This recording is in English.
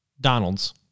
Donald's